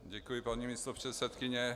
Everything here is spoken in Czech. Děkuji, paní místopředsedkyně.